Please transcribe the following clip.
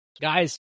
Guys